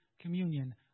communion